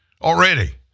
Already